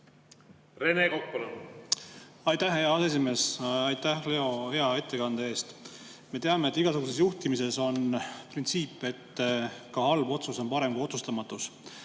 Rene Kokk, palun! Aitäh, hea aseesimees! Aitäh, Leo, hea ettekande eest! Me teame, et igasuguses juhtimises on printsiip, et ka halb otsus on parem kui otsustamatus.